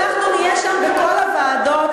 אנחנו נהיה שם בכל הוועדות,